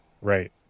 Right